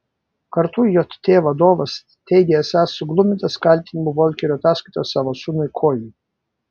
kartu jt vadovas teigė esąs suglumintas kaltinimų volkerio ataskaitoje savo sūnui kojui